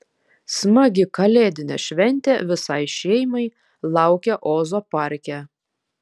smagi kalėdinė šventė visai šeimai laukia ozo parke